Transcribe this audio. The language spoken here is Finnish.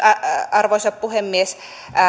arvoisa puhemies